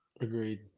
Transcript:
Agreed